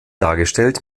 dargestellt